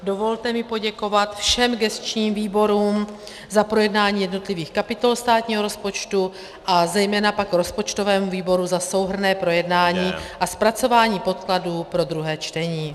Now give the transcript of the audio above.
Dovolte mi poděkovat všem gesčním výborům za projednání jednotlivých kapitol státního rozpočtu a zejména pak rozpočtovému výboru za souhrnné projednání a zpracování podkladů pro druhé čtení.